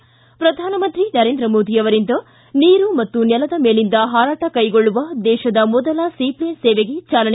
ಿ ಪ್ರಧಾನಮಂತ್ರಿ ನರೇಂದ್ರ ಮೋದಿ ಅವರಿಂದ ನೀರು ಮತ್ತು ನೆಲದ ಮೇಲಿಂದ ಪಾರಾಟ ಕೈಗೊಳ್ಳುವ ದೇಶದ ಮೊದಲ ಸೀಫ್ಲೇನ್ ಸೇವೆಗೆ ಚಾಲನೆ